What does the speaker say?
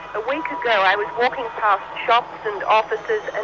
a week ago i was walking past shops and offices and